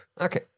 Okay